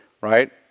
right